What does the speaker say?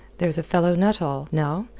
there's a fellow nuttall, now,